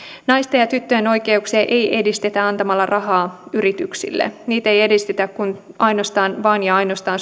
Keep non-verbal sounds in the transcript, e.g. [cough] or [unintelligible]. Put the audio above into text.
naisten ja tyttöjen oikeuksia ei edistetä antamalla rahaa yrityksille niitä ei edistetä kuin vain ja ainoastaan [unintelligible]